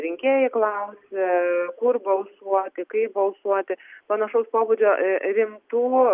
rinkėjai klausia kur balsuoti kaip balsuoti panašaus pobūdžio rimtų